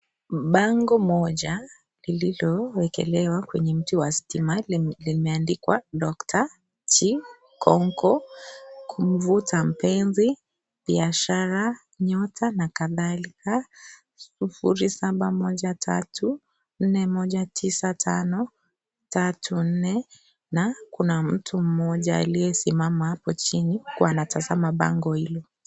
Bango moja ililowekelewa kwenye mti wa stima limeandikwa Dr. Chinkonko kuvuta mpenzi, biashara, nyota na kadhalika. 0713419534 na kuna mtu mmoja aliyesimama hapo chini akiwa anatazama bango hilo.